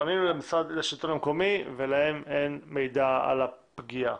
פנינו לשלטון המקומי ולהם אין מידע על הפגיעה,